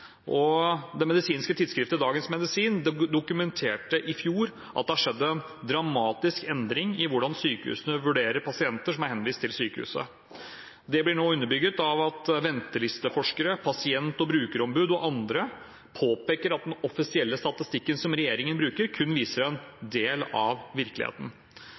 og det medisinske tidsskriftet Dagens Medisin dokumenterte i fjor at det har skjedd en dramatisk endring i hvordan sykehusene vurderer pasienter som er henvist til sykehuset. Det blir nå underbygget av at ventelisteforskere, pasient- og brukerombud og andre påpeker at den offisielle statistikken som regjeringen bruker, kun viser en del av virkeligheten.